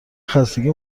خستگی